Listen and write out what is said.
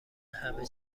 همه